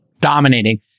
dominating